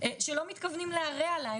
שלא מתכוונים להרע לה,